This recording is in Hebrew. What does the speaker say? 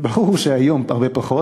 ברור שהיום הרבה פחות,